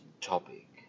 topic